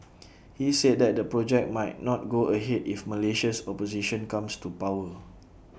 he said that the project might not go ahead if Malaysia's opposition comes to power